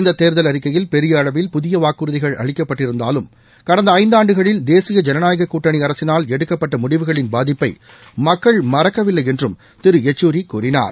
இந்த தேர்தல் அறிக்கையில் பெரிய அளவில் புதிய வாக்குறுதிகள் அளிக்கப்பட்டிருந்தாலும் கடந்த ஐந்தாண்டுகளில் தேசிய ஜனநாயக கூட்டணி அரசினால் எடுக்கப்பட்ட முடிவுகளின் பாதிப்பை மக்கள் மறக்கவில்லை என்றும் திரு யெச்சூரி கூறினார்